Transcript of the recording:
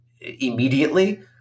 immediately